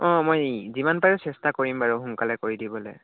অঁ মই যিমান পাৰোঁ চেষ্টা কৰিম বাৰু সোনকালে কৰি দিবলৈ